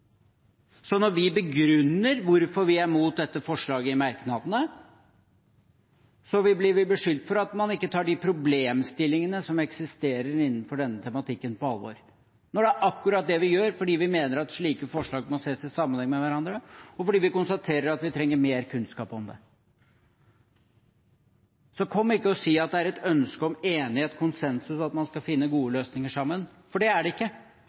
Så når vi i merknadene begrunner hvorfor vi er imot dette forslaget, blir vi beskyldt for ikke å ta de problemstillingene som eksisterer innenfor denne tematikken, på alvor, når det er akkurat det vi gjør, fordi vi mener at slike forslag må ses i sammenheng med hverandre, og fordi vi konstaterer at vi trenger mer kunnskap om det. Så kom ikke og si at det er et ønske om enighet, konsensus, og at man skal finne gode løsninger sammen, for det er det ikke.